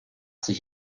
sich